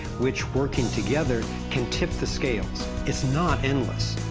which working together, can tip the scales, if not endless.